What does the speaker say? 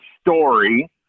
story